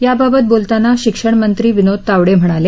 याबाबत बोलताना शिक्षण मंत्री विनोद तावडे म्हणाले